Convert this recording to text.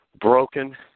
broken